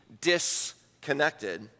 disconnected